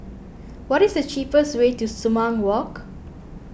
what is the cheapest way to Sumang Walk